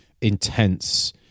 intense